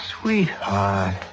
Sweetheart